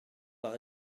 par